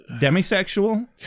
Demisexual